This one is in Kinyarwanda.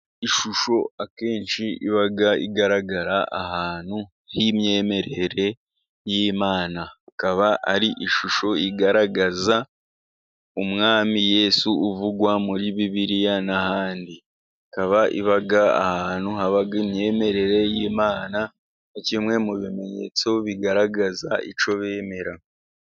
Ishusho akenshi iba igaragara ahantu h'imyemerere y'Imana. Ikaba ari ishusho igaragaza Umwami Yesu uvugwa muri Bibiliya n'ahandi. Ikaba iba ahantu haba imyemerere y'Imana kimwe mu bimenyetso bigaragaza icyo bemera.